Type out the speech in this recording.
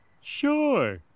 Sure